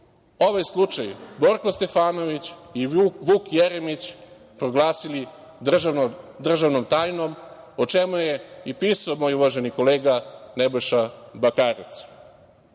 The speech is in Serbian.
ovaj slučaj Borko Stefanović i Vuk Jeremić proglasili državnom tajnom o čemu je i pisao moj uvaženi kolega Nebojša Bakarec.